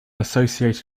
associated